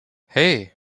hey